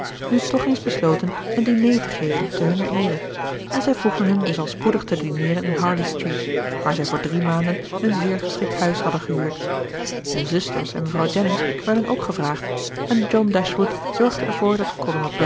nu toch eens besloten een diner te geven te hunner eere en zij vroegen hen dus al spoedig te dineeren in harley street waar zij voor drie maanden een zeer geschikt huis hadden gehuurd hun zusters en mevrouw jennings werden ook gevraagd en john dashwood zorgde ervoor dat